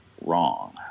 Wrong